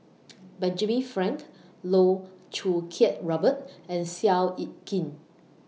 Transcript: Benjamin Frank Loh Choo Kiat Robert and Seow Yit Kin